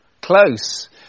close